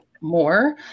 more